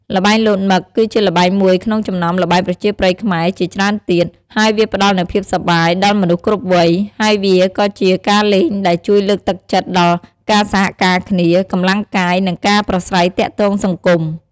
ល្បែងលោតមឹក គឺជាល្បែងមួយក្នុងចំណោមល្បែងប្រជាប្រិយខ្មែរជាច្រើនទៀត ហើយវាផ្តល់នូវភាពសប្បាយ ដល់មនុស្សគ្រប់វ័យ ហើយវាក៏ជាការលេងដែលជួយលើកទឹកចិត្តដល់ការសហការគ្នា កម្លាំងកាយ និងការប្រាស្រ័យទាក់ទងសង្គម។